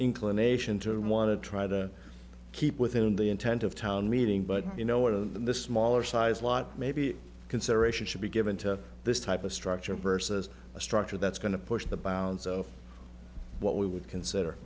inclination to want to try to keep within the intent of town meeting but you know what of the smaller size lot maybe consideration should be given to this type of structure versus a structure that's going to push the bounds of what we would consider